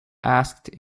asked